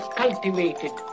cultivated